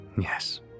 Yes